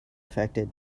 affected